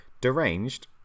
deranged